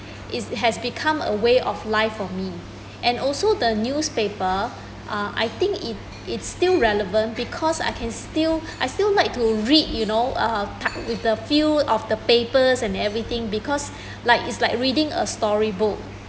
is has become a way of life for me and also the newspaper uh I think it it's relevant because I can still I still like to read you know uh part the feel of the paper and everything because like it's like reading a storybook